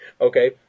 okay